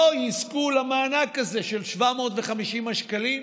לא יזכו למענק הזה של 750 השקלים,